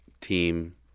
team